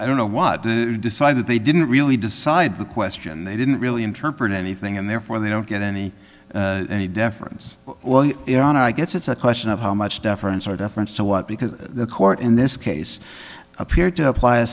i don't know what to decide that they didn't really decide the question and they didn't really interpret anything and therefore they don't get any any deference on i guess it's a question of how much deference are deference to what because the court in this case appeared to apply a